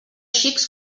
xics